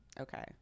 Okay